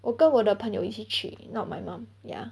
我跟我的朋友一起去 not my mom ya